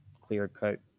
clear-cut